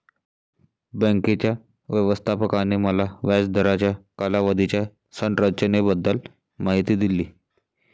बँकेच्या व्यवस्थापकाने मला व्याज दराच्या कालावधीच्या संरचनेबद्दल माहिती दिली